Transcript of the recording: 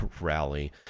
rally